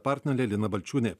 partnerė lina balčiūnė